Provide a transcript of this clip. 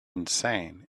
insane